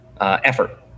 effort